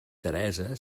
teresa